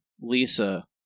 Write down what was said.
Lisa